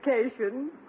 education